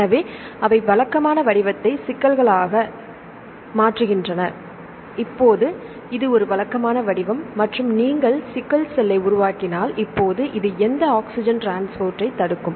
எனவே அவை வழக்கமான வடிவத்தை சிக்கெல்ஸ்களாக மாற்றுகின்றன இப்போது இது ஒரு வழக்கமான வடிவம் மற்றும் நீங்கள் சிக்கெல் செல்லை உருவாக்கினால் இப்போது இது இந்த ஆக்ஸிஜனின் டிரான்ஸ்போர்ட்டைத் தடுக்கும்